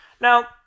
Now